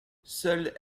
seule